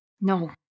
No